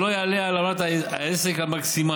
שלא יעלה על עמלת העסק המקסימלית.